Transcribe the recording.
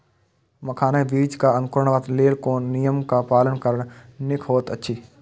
मखानक बीज़ क अंकुरन क लेल कोन नियम क पालन करब निक होयत अछि?